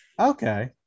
Okay